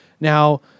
Now